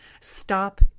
stop